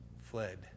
fled